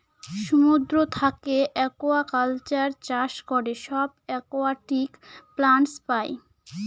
সমুদ্র থাকে একুয়াকালচার চাষ করে সব একুয়াটিক প্লান্টস পাই